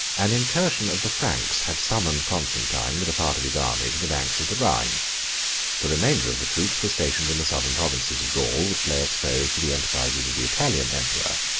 an incursion of the franks had summoned constantine, with a part of his army, to the banks of the rhine the remainder of the troops were stationed in the southern provinces of gaul, which lay exposed to the enterprises of the italian emperor,